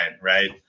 right